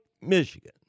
Michigan